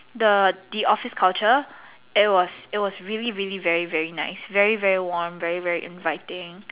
the the office culture it was it was really really very very nice very very warm very very inviting